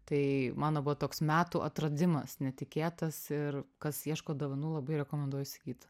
tai mano buvo toks metų atradimas netikėtas ir kas ieško dovanų labai rekomenduoju įsigyti